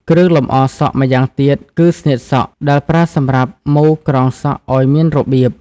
គ្រឿងលម្អសក់ម្យ៉ាងទៀតគឺ "ស្នៀតសក់" ដែលប្រើសម្រាប់មូរក្រងសក់ឱ្យមានរបៀប។